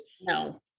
No